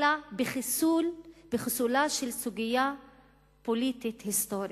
אלא בחיסולה של סוגיה פוליטית היסטורית.